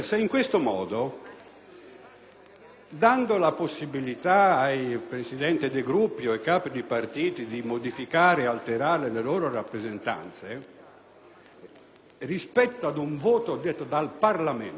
dando la possibilità ai Presidenti dei Gruppi o ai capi di partito di modificare o alterare le loro rappresentanze rispetto ad un voto del Parlamento,